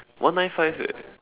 one nine five eh